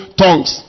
tongues